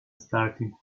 starting